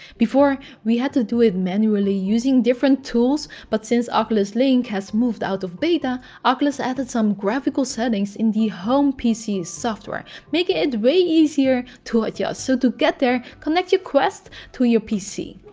before, we had to do it manually using different tools. but since oculus link has moved out of beta, oculus added some graphical settings in the home pc software, making it way easier to adjust. yeah so to get there, connect your quest to your pc.